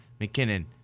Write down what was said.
McKinnon